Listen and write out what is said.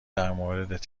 درموردت